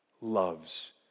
loves